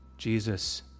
Jesus